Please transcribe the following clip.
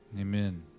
Amen